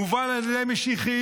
מובל על ידי משיחיים,